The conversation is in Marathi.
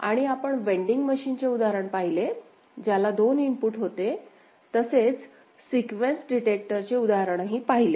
आणि आपण व्हेंडींग मशीनचे उदाहरण पाहिले ज्याला दोन इनपुट होते तसेच सीक्वेन्स डिटेक्टरचे उदाहरणही पाहिले